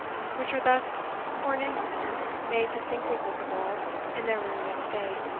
which were thus for an instant made distinctly visible in their ruinous state,